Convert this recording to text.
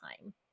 time